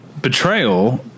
betrayal